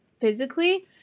physically